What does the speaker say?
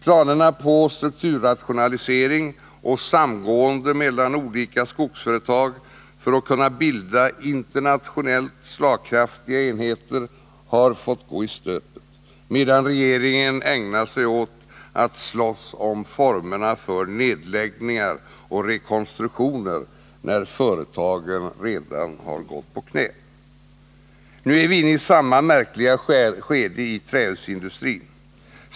Planerna på strukturrationalisering och samgående mellan olika skogsföretag för att kunna bilda internationellt slagkraftiga enheter har bara fått gå i stöpet, medan regeringen ägnar sig åt att slåss om formerna för nedläggningar och rekonstruktioner, när företagen redan har gått på knä. Nu är vi inne i samma märkliga skede i trähusindustrin.